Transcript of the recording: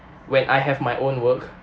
when I have my own work